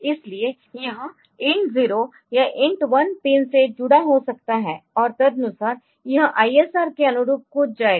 इसलिए यह INT 0 या INT 1 पिन से जुड़ा हो सकता है और तदनुसार यह आईएसआर के अनुरूप कूद जाएगा